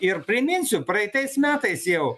ir priminsiu praeitais metais jau